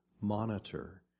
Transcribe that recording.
monitor